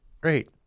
great